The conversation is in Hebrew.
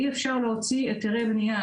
אי אפשר להוציא היתרי בנייה.